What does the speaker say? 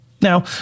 Now